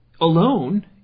alone